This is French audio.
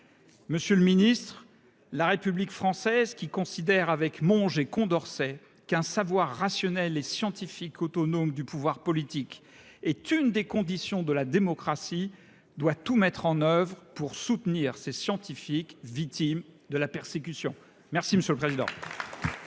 Monsieur le ministre, la République française, qui considère avec Monge et Condorcet qu’un savoir rationnel et scientifique, autonome du pouvoir politique, est une des conditions de la démocratie, doit tout mettre en œuvre pour soutenir ces scientifiques victimes de la persécution. La parole est